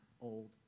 old